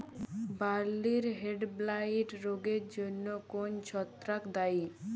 বার্লির হেডব্লাইট রোগের জন্য কোন ছত্রাক দায়ী?